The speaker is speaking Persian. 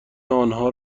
آنها